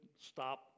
stop